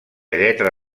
lletra